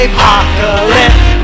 Apocalypse